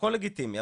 הכל לגיטימי,